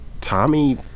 Tommy